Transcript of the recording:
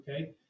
okay